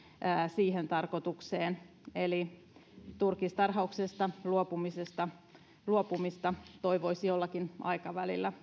siihen tarkoitukseen eli myös turkistarhauksesta luopumista luopumista toivoisi jollakin aikavälillä